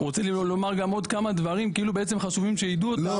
רוצה לומר עוד כמה דברים חשובים שידעו אותם.